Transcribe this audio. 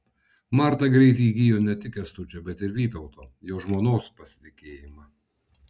marta greitai įgijo ne tik kęstučio bet ir vytauto jo žmonos pasitikėjimą